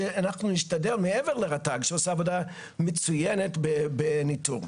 שאנחנו נשתדל מעבר לרט"ג שעושה עבודה מצוינת בניתור.